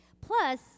Plus